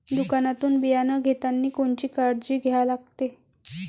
दुकानातून बियानं घेतानी कोनची काळजी घ्या लागते?